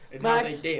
Max